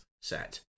set